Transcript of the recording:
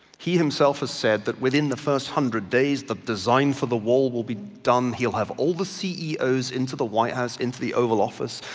he himself has said that within in the first hundred days the design for the wall will be done. he'll have all the ceos into the white house, into the oval office,